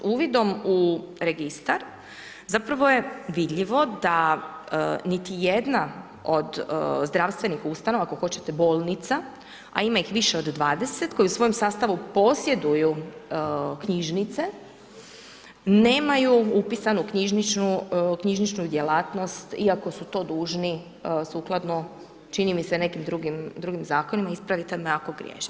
Uvidom u registar zapravo je vidljivo da niti jedna od zdravstvenih ustanova, ako hoćete bolnica, a ima ih više od 20 koje u svom sastavu posjeduju knjižnice, nemaju upisano knjižničnu djelatnost iako su to dužni sukladno, čini mi se nekim drugim zakonima, ispravite me ako griješim.